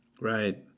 Right